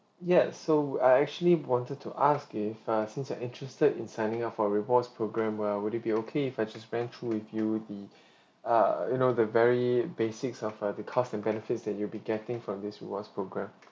ya so I actually wanted to ask if uh since you're interested in signing up for rewards programme err would it be okay if I just went through with you the err you know the very basics of uh the cost and benefits that you'll be getting from this rewards programme